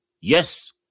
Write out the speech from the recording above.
yes